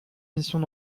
missions